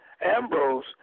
Ambrose